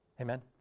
Amen